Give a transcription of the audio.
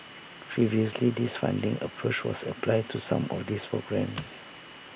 previously this funding approach was applied to some of these programmes